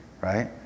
right